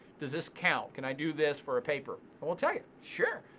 does this count? can i do this for a paper? and we'll tell you, sure,